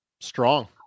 Strong